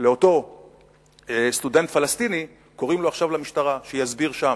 לאותו סטודנט פלסטיני למשטרה, שיסביר שם.